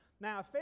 Now